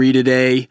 today